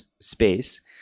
space